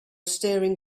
staring